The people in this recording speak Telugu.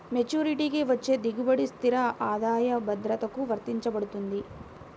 మెచ్యూరిటీకి వచ్చే దిగుబడి స్థిర ఆదాయ భద్రతకు వర్తించబడుతుంది